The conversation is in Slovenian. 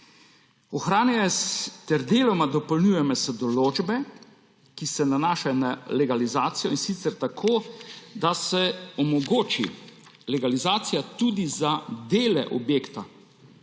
Ohranjajo ter deloma se dopolnjujejo določbe, ki se nanašajo na legalizacijo, in sicer tako, da se omogoči legalizacija tudi za dele objekta.